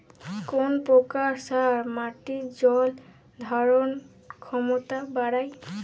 কোন প্রকার সার মাটির জল ধারণ ক্ষমতা বাড়ায়?